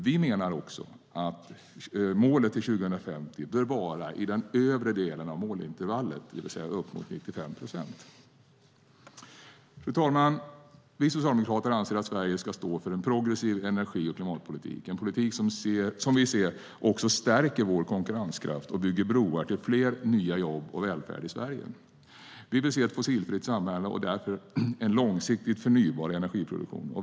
Vi menar också att målet till 2050 bör vara i den övre delen av målintervallet, det vill säga uppemot 95 procent. Fru talman! Vi socialdemokrater anser att Sverige ska stå för en progressiv energi och klimatpolitik, en politik som vi ser också stärker vår konkurrenskraft och bygger broar till fler nya jobb och välfärd i Sverige. Vi vill se ett fossilfritt samhälle och därför en långsiktigt förnybar energiproduktion.